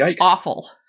awful